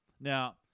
Now